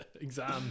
Exam